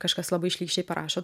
kažkas labai šlykščiai parašo